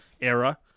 era